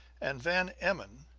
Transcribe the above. and van emmon,